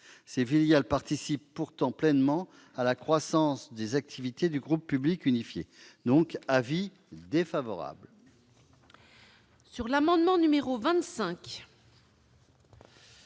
Ces filiales participent pourtant pleinement à la croissance des activités du groupe public unifié. L'avis de